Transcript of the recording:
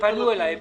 כן, הם פנו אליי.